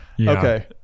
okay